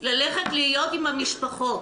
ללכת להיות עם המשפחות.